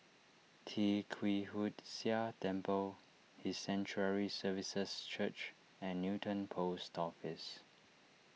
Tee Kwee Hood Sia Temple His Sanctuary Services Church and Newton Post Office